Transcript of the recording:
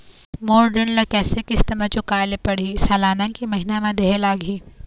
मोर ऋण ला कैसे किस्त म चुकाए ले पढ़िही, सालाना की महीना मा देहे ले लागही?